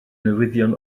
newyddion